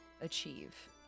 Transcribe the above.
achieve